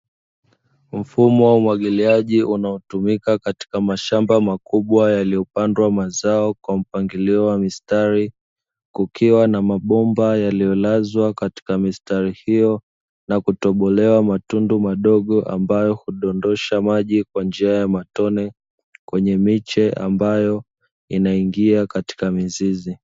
Mfumo wa umwagiliaji unaotumika katika mashamba makubwa yaliyopandwa mazao kwa mpangilio wa mistari, kukiwa na mabomba yaliyolazwa katika mistari hiyo na kutobolewa matundu madogo ambayo hudondosha maji kwa njia ya matone kwenye miche ambayo inaingia katika mizizi.